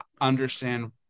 understand